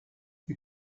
you